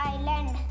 Island